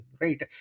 right